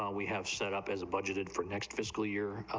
um we have setup is a budget for next fiscal year,